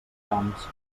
grams